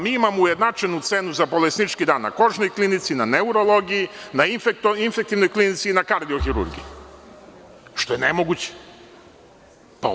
Mi imamo ujednačenu za bolesnički dan na kožnoj klinici, na neurologiji, na infektivnoj klinici i na kardiohirurgiji, što je nemoguće.